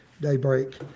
daybreak